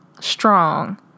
strong